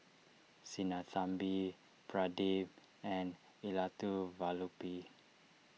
Sinnathamby Pradip and Elattuvalapil